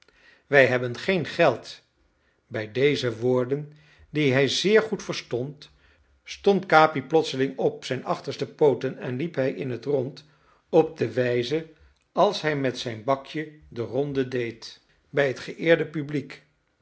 wij hebben geen geld bij deze woorden die hij zeer goed verstond stond capi plotseling op zijn achterste pooten en liep hij in het rond op de wijze als hij met zijn bakje de ronde deed bij het geëerde publiek